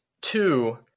two